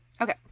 Okay